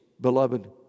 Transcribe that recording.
beloved